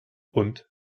und